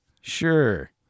Sure